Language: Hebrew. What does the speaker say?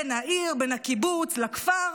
בין העיר והקיבוץ והכפר,